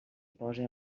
pose